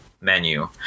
menu